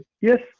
yes